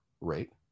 rate